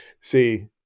See